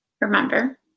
remember